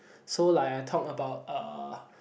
so like I talk about uh